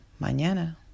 mañana